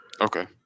Okay